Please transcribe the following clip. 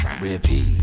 repeat